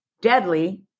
deadly